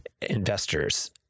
investors